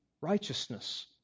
righteousness